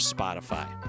Spotify